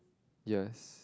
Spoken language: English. yes